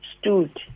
stood